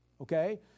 Okay